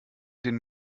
den